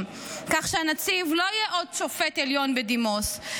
כך שהנציב לא יהיה עוד שופט עליון בדימוס,